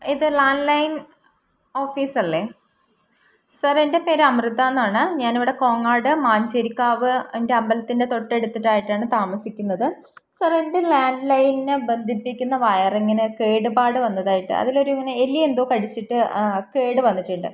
ഇത് ലാൻഡ്ലൈൻ ഓഫീസല്ലേ സർ എൻ്റെ പേര് അമൃത എന്നാണ് ഞാനിവിടെ കോങ്ങാട് മഞ്ചേരിക്കാവ് എൻ്റെ അമ്പലത്തിൻ്റെ തൊട്ടടുത്തായിട്ടാണ് താമസിക്കുന്നത് സർ എൻ്റെ ലാൻഡ്ലൈനിനെ ബന്ധിപ്പിക്കുന്ന വയറിങ്ങിന് കേടുപാട് വന്നതായിട്ട് അതിലൊരിങ്ങനെ എലിയെന്തോ കടിച്ചിട്ട് കേടുവന്നിട്ടുണ്ട്